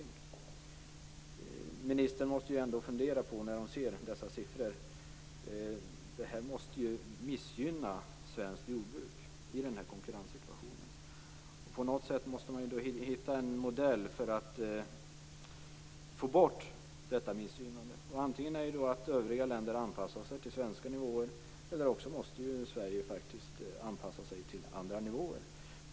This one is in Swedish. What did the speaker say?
När ministern ser dessa siffror måste hon väl ändå fundera på om inte detta missgynnar svenskt jordbruk i den här konkurrenssituationen. På något sätt måste man hitta en modell för att få bort missgynnandet. Antingen anpassar sig övriga länder till svenska nivåer, eller så måste Sverige anpassa sig till andra nivåer.